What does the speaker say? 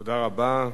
תודה רבה.